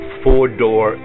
four-door